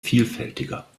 vielfältiger